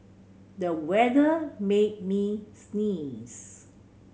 the weather made me sneeze